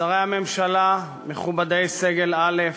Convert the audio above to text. שרי הממשלה, מכובדי סגל א',